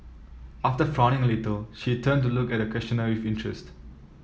after frowning a little she turned to look at the questioner with interest